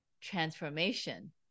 transformation